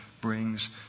brings